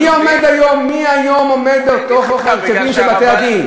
מי היום נמצא בתוך ההרכבים של בתי-הדין?